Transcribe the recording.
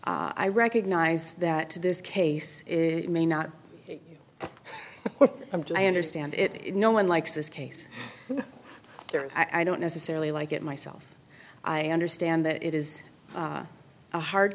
i recognize that this case is may not understand it no one likes this case i don't necessarily like it myself i understand that it is a hard